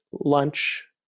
lunch